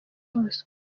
bosco